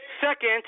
second